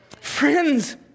friends